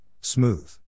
smooth